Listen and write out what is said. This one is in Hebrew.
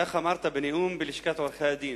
כך אמרת בנאום בלשכת עורכי-הדין.